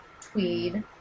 tweed